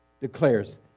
declares